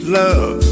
love